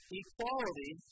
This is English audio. equality